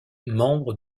membre